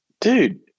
dude